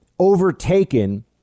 overtaken